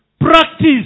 practice